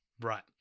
right